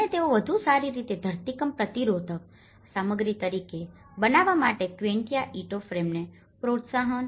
અને તેઓ વધુ સારી રીતે ધરતીકંપ પ્રતિરોધક સામગ્રી તરીકે બનાવા માટે ક્વિન્ચા ઇંટો ફ્રેમને પ્રોત્સાહન આપવા માગે છે